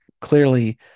clearly –